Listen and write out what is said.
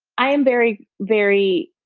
i am very, very.